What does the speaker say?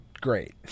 great